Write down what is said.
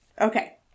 Okay